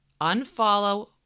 Unfollow